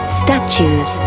statues